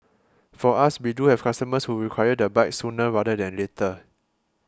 for us we do have customers who require the bike sooner rather than later